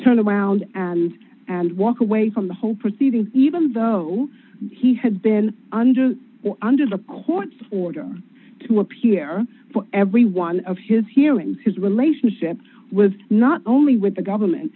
turn around and walk away from the whole proceeding even though he had been under under the court's order to appear for every one of his hearings his relationship with not only with the government